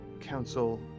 council